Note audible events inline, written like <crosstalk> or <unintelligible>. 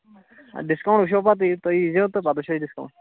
discount وٕچھو پَتہٕ یہِ تُہۍ ییٖزیو تہٕ پَتہٕ وٕچھو <unintelligible> ڈِسکاوُنٹ